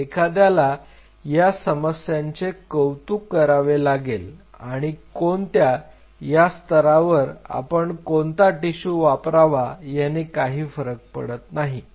एखाद्याला या समस्यांचे कौतुक करावे लागेल आणि कोणत्या या स्तरावर आपण कोणता टिशू वापरावा याने काही फरक पडत नाही